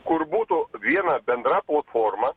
kur būtų viena bendra platforma